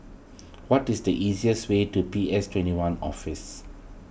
what is the easiest way to P S twenty one Office